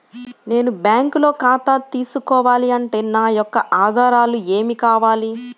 నేను బ్యాంకులో ఖాతా తీసుకోవాలి అంటే నా యొక్క ఆధారాలు ఏమి కావాలి?